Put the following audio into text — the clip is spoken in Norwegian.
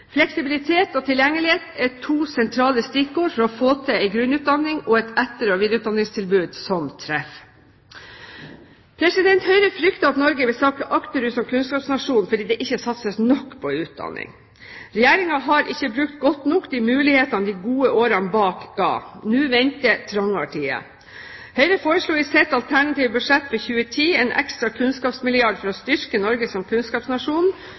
Fleksibilitet og tilgjengelighet er to sentrale stikkord for å få en grunnutdanning og et etter- og videreutdanningstilbud som treffer. Høyre frykter at Norge vil sakke akterut som kunnskapsnasjon fordi det ikke satses nok på utdanning. Regjeringen har ikke på en god nok måte brukt de mulighetene som de gode årene ga. Nå venter trangere tider. Høyre foreslo i sitt alternative budsjett for 2010 en ekstra kunnskapsmilliard for å styrke Norge som kunnskapsnasjon,